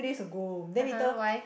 few days ago then later